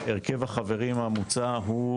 הרכב החברים המוצע הוא: